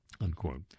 Unquote